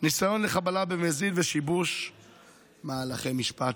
ניסיון לחבלה במזיד ושיבוש מהלכי משפט.